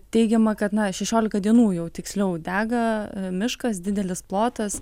teigiama kad na šešiolika dienų jau tiksliau dega miškas didelis plotas